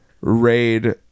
raid